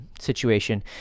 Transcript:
situation